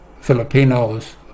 Filipinos